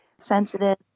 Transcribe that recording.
sensitive